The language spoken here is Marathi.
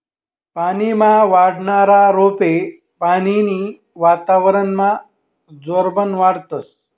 पानीमा वाढनारा रोपे पानीनं वातावरनमा जोरबन वाढतस